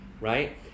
right